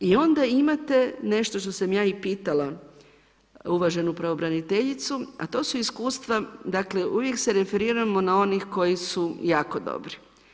I onda imate nešto što sam ja i pitala uvaženu pravobraniteljicu, a to su iskustva dakle, uvijek se referiramo na onih koji su jako dobri.